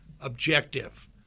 objective